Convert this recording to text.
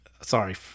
Sorry